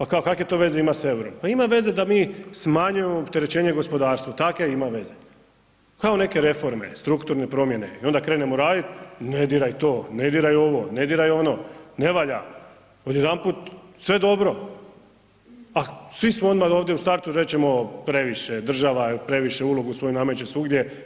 A kao kakve to veze ima sa ... Pa ima veze da mi smanjujemo opterećenje gospodarstvu takve ima veze kao neke reforme, strukturne promjene i onda krenemo raditi, ne diraj to, ne diraj ovo, ne diraj ono, ne valja, odjedanput sve dobro a svi smo odmah ovdje u startu rečemo previše država, previše ulogu svoju nameće svugdje.